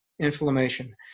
inflammation